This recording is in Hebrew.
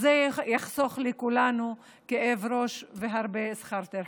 זה יחסוך לכולנו כאב ראש והרבה שכר טרחה.